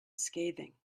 scathing